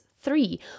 Three